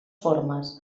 formes